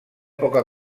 poca